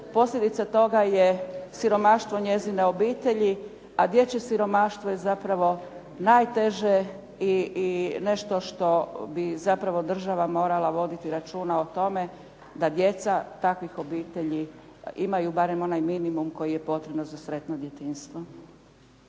posljedica toga je siromaštvo njezine obitelji, a dječje siromaštvo je zapravo najteže i nešto što bi zapravo država morala voditi računa o tome da djeca takvih obitelji imaju barem onaj minimum koji je potrebno za sretno djetinjstvo.